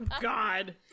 god